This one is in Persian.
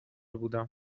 بودم